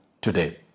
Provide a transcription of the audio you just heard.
today